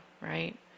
Right